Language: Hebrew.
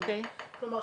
כלומר,